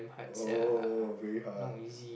oh very hard